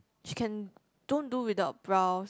she can don't do without brows